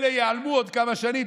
אלה ייעלמו בעוד כמה שנים.